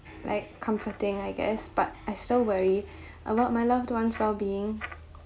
like comforting I guess but I still worry about my loved ones well being